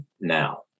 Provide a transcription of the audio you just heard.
Now